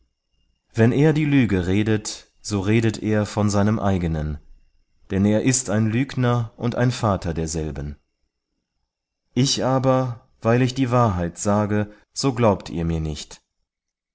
wenn er die lüge redet so redet er von seinem eigenen denn er ist ein lügner und ein vater derselben ich aber weil ich die wahrheit sage so glaubet ihr mir nicht